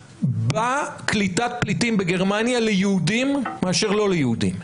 בקליטת פליטים בגרמניה ליהודים מאשר לא ליהודים,